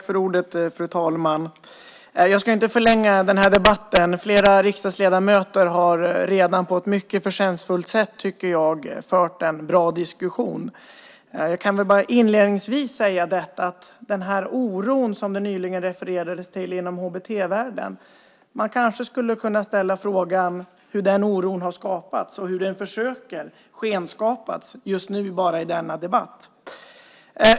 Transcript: Fru talman! Jag ska inte förlänga den här debatten. Flera riksdagsledamöter har redan på ett mycket förtjänstfullt sätt, tycker jag, fört en bra diskussion. Jag kan väl bara inledningsvis säga att när det gäller den oro som det nyligen refererades till inom HBT-världen kanske man skulle kunna ställa frågan hur den oron har skapats och hur man försöker skenskapa den just nu i denna debatt.